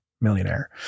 millionaire